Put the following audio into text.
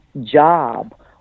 job